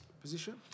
position